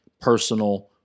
personal